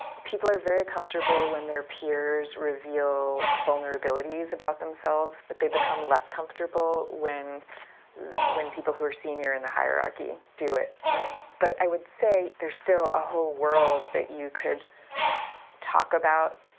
people are very comfortable when their peers reveal vulnerabilities about themselves, that but they become less comfortable when when people who are senior in the hierarchy do it right. but i would say there's still a whole world that you could talk about.